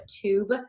tube